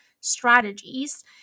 strategies